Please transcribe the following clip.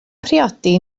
priodi